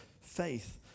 Faith